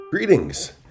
Greetings